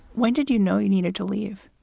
when did you know you needed to leave?